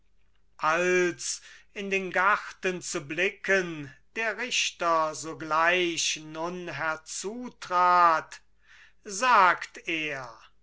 als in den garten zu blicken der richter sogleich nun herzutrat sagt er